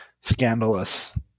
scandalous